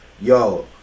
Yo